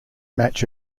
match